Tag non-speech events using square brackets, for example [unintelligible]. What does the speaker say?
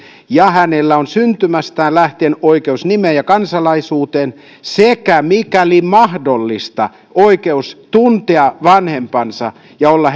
ja hänellä on syntymästään lähtien oikeus nimeen ja kansalaisuuteen sekä mikäli mahdollista oikeus tuntea vanhempansa ja olla [unintelligible]